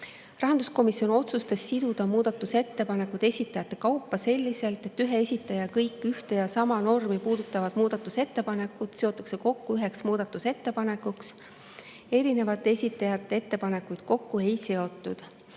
Rahanduskomisjon otsustas siduda muudatusettepanekud esitajate kaupa selliselt, et ühe esitaja kõik ühte ja sama normi puudutavad muudatusettepanekud seotakse kokku üheks muudatusettepanekuks. Erinevate esitajate ettepanekuid kokku ei seota.